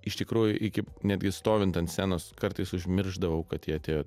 iš tikrųjų iki netgi stovint ant scenos kartais užmiršdavau kad jie atėjo